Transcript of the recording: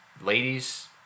ladies